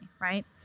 right